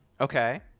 okay